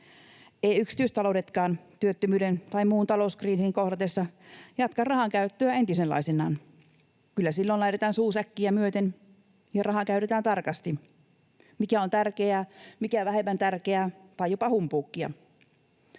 Eivät yksityistaloudetkaan työttömyyden tai muun talouskriisin kohdatessa jatka rahankäyttöä entisenlaisenaan. Kyllä silloin laitetaan suu säkkiä myöten ja rahaa käytetään tarkasti — mikä on tärkeää, mikä vähemmän tärkeää tai jopa humpuukia.